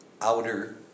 outer